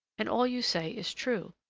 and all you say is true.